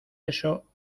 eso